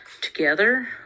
together